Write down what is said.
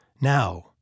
Now